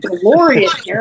glorious